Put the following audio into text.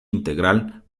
integral